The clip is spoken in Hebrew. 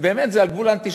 באמת זה על גבול האנטישמיות.